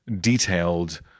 detailed